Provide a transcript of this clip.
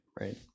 right